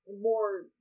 more